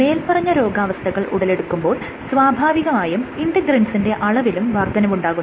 മേല്പറഞ്ഞ രോഗാവസ്ഥകൾ ഉടലെടുക്കുമ്പോൾ സ്വാഭാവികമായും ഇന്റെഗ്രിൻസിന്റെ അളവിലും വർദ്ധനവുണ്ടാകുന്നു